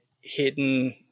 hidden